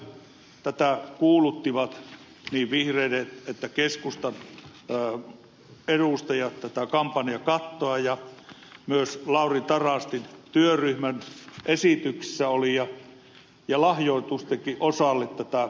tätä kampanjakattoa kuuluttivat niin vihreiden kuin keskustan eu edustaja joka on jo edustajat ja myös lauri tarastin työryhmän esityksessä oli lahjoitustenkin osalle tätä kattoa esitetty